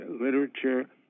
literature